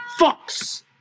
fucks